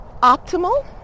optimal